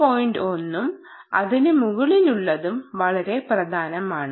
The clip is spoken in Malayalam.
1 ഉം അതിന് മുകളിലുള്ളതും വളരെ പ്രധാനമാണ്